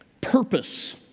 purpose